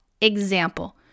Example